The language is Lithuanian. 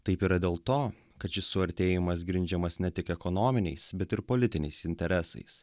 taip yra dėl to kad šis suartėjimas grindžiamas ne tik ekonominiais bet ir politiniais interesais